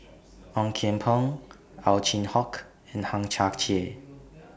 Ong Kian Peng Ow Chin Hock and Hang Chang Chieh